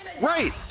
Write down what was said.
Right